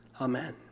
Amen